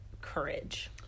courage